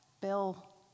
Bill